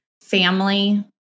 family